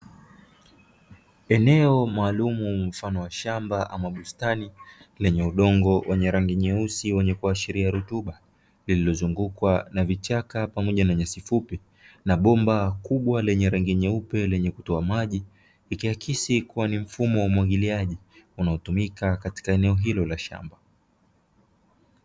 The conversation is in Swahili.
Eneo maalumu mfano wa shamba ama bustani, lenye udongo wenye rangi nyeusi wenye kuashiria rutuba, lililozungukwa na vichaka pamoja na nyasi fupi, na bomba kubwa lenye rangi nyeupe lenye kutoa maji, likihakikisha kuwa ni mfumo wa umwagiliaji unaotumika katika eneo hilo la shamba.